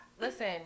Listen